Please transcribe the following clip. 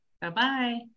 bye-bye